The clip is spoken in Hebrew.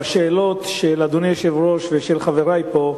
בשאלות של אדוני היושב-ראש ושל חברי פה,